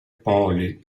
poli